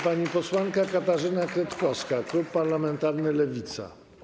Pani posłanka Katarzyna Kretkowska, klub parlamentarny Lewica.